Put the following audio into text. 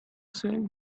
say